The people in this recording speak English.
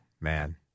Man